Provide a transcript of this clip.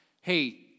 hey